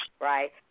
right